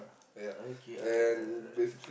okay alright alright alright